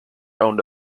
owned